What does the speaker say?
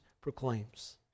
proclaims